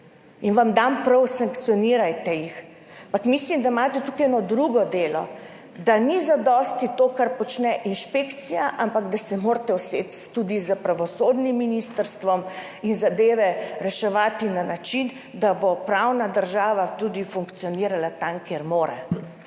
Dam vam prav, sankcionirajte jih, ampak mislim, da imate tukaj eno drugo delo, da ni zadosti to, kar počne inšpekcija, ampak da se morate usesti tudi s pravosodnim ministrstvom in zadeve reševati na način, da bo pravna država tudi funkcionirala tam, kjer mora.